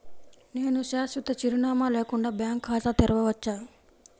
నేను శాశ్వత చిరునామా లేకుండా బ్యాంక్ ఖాతా తెరవచ్చా?